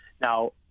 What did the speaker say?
Now